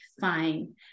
fine